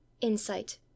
Insight